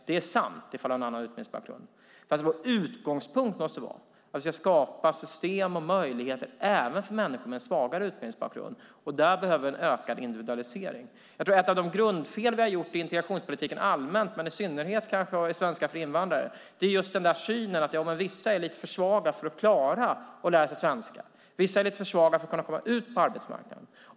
Det är sant ifall du har en svag utbildningsbakgrund, men vår utgångspunkt måste vara att skapa system och möjligheter även för människor med svagare utbildningsbakgrund. Där behöver vi en ökad individualisering. Ett av de grundfel vi allmänt gjort i integrationspolitiken, och kanske i synnerhet beträffande svenska för invandrare, är just att vi haft synen att vissa är lite för svaga för att kunna klara av att lära sig svenska och att vissa är lite för svaga för att kunna komma ut på arbetsmarknaden.